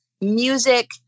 music